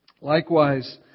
Likewise